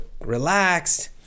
relaxed